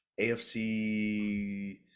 AFC